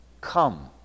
come